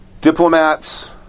Diplomats